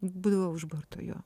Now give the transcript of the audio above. būdavau už borto jo